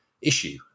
issue